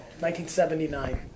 1979